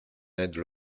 aide